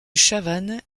chavannes